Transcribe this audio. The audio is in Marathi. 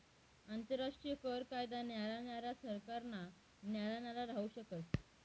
आंतरराष्ट्रीय कर कायदा न्यारा न्यारा सरकारना न्यारा न्यारा राहू शकस